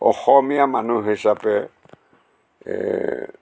অসমীয়া মানুহ হিচাপে